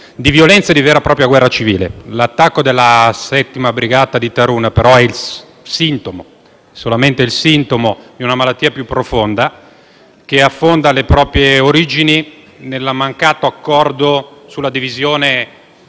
di violenza e di vera e propria guerra civile. L'attacco della Settima brigata di Tarhuna è però il sintomo di una malattia più profonda che affonda le proprie origini nel mancato accordo sulla divisione